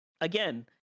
Again